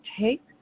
take